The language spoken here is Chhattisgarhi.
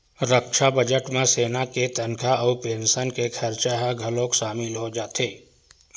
रक्छा बजट म सेना के तनखा अउ पेंसन के खरचा ह घलोक सामिल हो जाथे